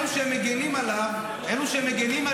אלו שמגינים עליהם,